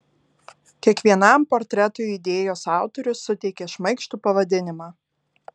kiekvienam portretui idėjos autorius suteikė šmaikštų pavadinimą